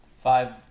Five